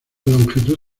longitud